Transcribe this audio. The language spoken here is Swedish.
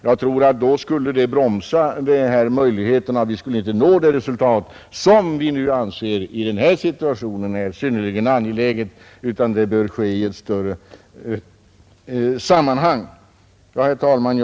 Jag tror att det skulle bromsa våra möjligheter och att vi inte skulle uppnå det resultat, som vi i denna situation anser vara synnerligen angeläget. Den bedömningen bör ske i ett större sammanhang. Herr talman!